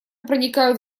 проникают